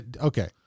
Okay